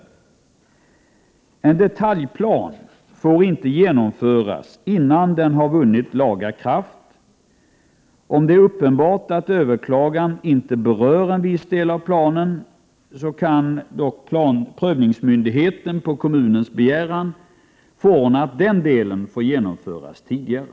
En detaljplan får inte genomföras innan den har vunnit laga kraft. Om det är uppenbart att överklaganden inte berör en viss del av planen, kan dock prövningsmyndigheten på kommunens begäran förordna att den delen får genomföras tidigare.